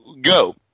go